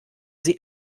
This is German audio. sie